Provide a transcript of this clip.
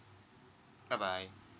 bye bye